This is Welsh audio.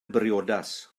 briodas